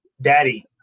Daddy